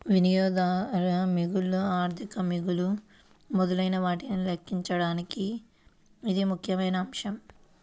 వినియోగదారు మిగులు, ఆర్థిక మిగులు మొదలైనవాటిని లెక్కించడంలో ఇది ముఖ్యమైన అంశం